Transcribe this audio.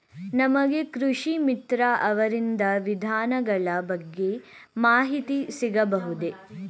ನಮಗೆ ಕೃಷಿ ಮಿತ್ರ ಅವರಿಂದ ವಿಧಾನಗಳ ಬಗ್ಗೆ ಮಾಹಿತಿ ಸಿಗಬಹುದೇ?